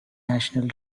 national